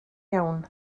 iawn